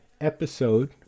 episode